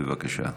בבקשה,